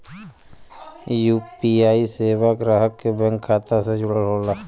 UPI सेवा ग्राहक के बैंक खाता से जुड़ल होला